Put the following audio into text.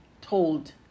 told